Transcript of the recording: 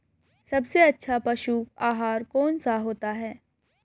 सबसे अच्छा पशु आहार कौन सा होता है?